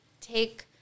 take